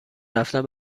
رفتن